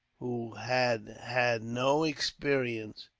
who had had no experience,